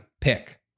pick